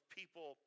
people